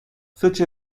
such